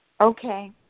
Okay